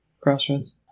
Crossroads